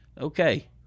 okay